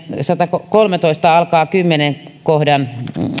satakolmetoista alkaa kymmenen kohdan